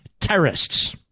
terrorists